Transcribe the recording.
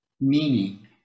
meaning